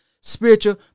spiritual